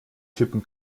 typen